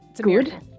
good